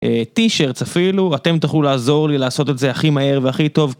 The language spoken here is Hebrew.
טי שירטס אפילו, אתם תוכלו לעזור לי לעשות את זה הכי מהר והכי טוב.